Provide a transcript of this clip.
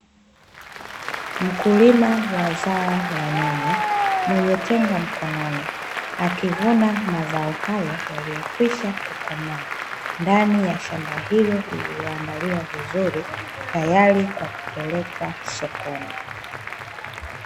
Mkulima wa zao la nyanya, mwenye tenga mkononi akivuna mazao hayo yaliyokwisha kukomaa ndani ya shamba hilo lililoandaliwa vizuri tayari kwa kupelekwa sokoni.